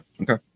Okay